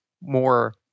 more